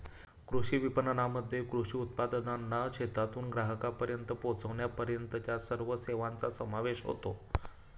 कृषी विपणनामध्ये कृषी उत्पादनांना शेतातून ग्राहकांपर्यंत पोचविण्यापर्यंतच्या सर्व सेवांचा समावेश होतो